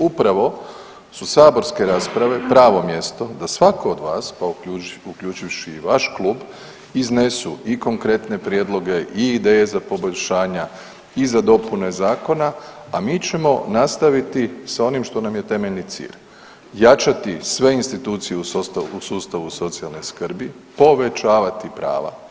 Upravo su saborske rasprave pravo mjesto da svako od vas pa uključivši i vaš klub iznesu i konkretne prijedloge i ideje za poboljšanja i za dopune zakona, a mi ćemo nastaviti sa onim što nam je temeljni cilj, jačati sve institucije u sustavu socijalne skrbi, povećavati prava.